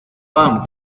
pan